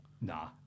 Nah